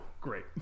Great